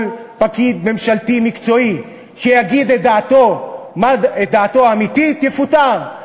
כל פקיד ממשלתי מקצועי שיגיד את דעתו האמיתית יפוטר.